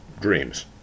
dreams